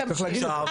צריך להגיד את זה.